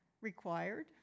required